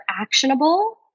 actionable